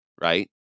right